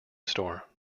store